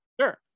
Sure